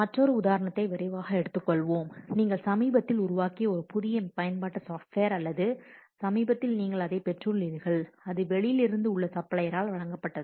மற்றொரு உதாரணத்தை விரைவாக எடுத்துக்கொள்வோம் நீங்கள் சமீபத்தில் உருவாக்கிய ஒரு புதிய பயன்பாட்டு சாஃப்ட்வேர் அல்லது சமீபத்தில் நீங்கள் அதைப் பெற்றுள்ளீர்கள் இது வெளியிலிருந்து உள்ள சப்ளையரால் வழங்கப்பட்டது